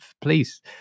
please